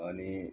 अनि